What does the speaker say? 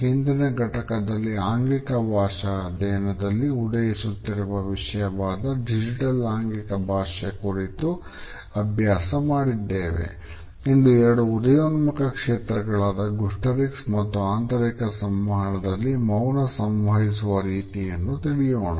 ಹಿಂದಿನ ಘಟಕದಲ್ಲಿ ಆಂಗಿಕ ಭಾಷಾ ಅಧ್ಯಯನದಲ್ಲಿ ಉದಯಿಸುತ್ತಿರುವ ವಿಷಯವಾದ ಡಿಜಿಟಲ್ ಮತ್ತು ಆಂತರಿಕ ಸಂವಹನದಲ್ಲಿ ಮೌನ ಸಂವಹಿಸುವ ರೀತಿಯನ್ನು ಕುರಿತು ತಿಳಿಯೋಣ